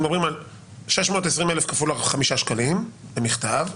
אנחנו מדברים על 620,000 כפול חמישה שקלים למכתב.